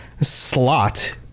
slot